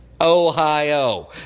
Ohio